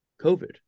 COVID